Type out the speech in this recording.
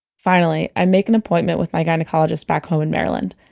finally, i make an appointment with my gynecologist back home in maryland.